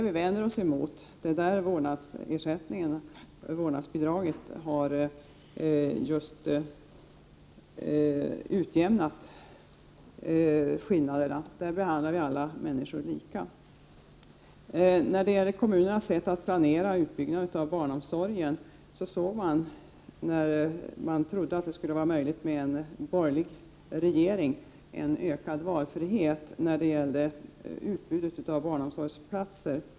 Vi vänder oss mot detta. Vårdnadsbidraget och vårdnadsersättningen utjämnar skillnaderna. Alla människor behandlas lika. När det gällde kommunernas sätt att planera utbyggnaden av barnomsorgen såg man, när man trodde att det skulle bli möjligt med en borgerlig regering, en ökad valfrihet avseende utbudet av barnomsorgsplatser.